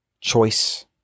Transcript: choice